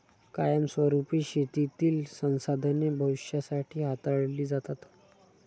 कायमस्वरुपी शेतीतील संसाधने भविष्यासाठी हाताळली जातात